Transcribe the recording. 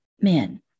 men